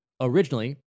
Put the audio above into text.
Originally